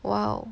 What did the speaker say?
!wow!